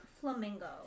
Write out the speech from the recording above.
flamingo